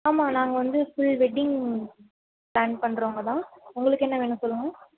ஆமாம் நாங்கள் வந்து ஃபுல் வெட்டிங் ப்ளான் பண்ணுறவங்கதான் உங்களுக்கு என்ன வேணும் சொல்லுங்கள்